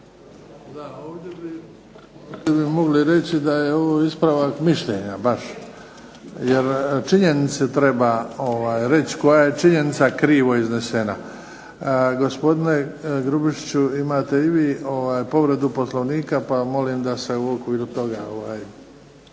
Da, ovdje bi mogli reći da je ovo ispravak mišljenja baš, jer činjenice treba reći koja je činjenica krivo iznesena. Gospodine Gubišiću imate i vi povredu Poslovnika, pa molim da se u okviru toga.